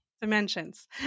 Dimensions